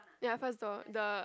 ya first door the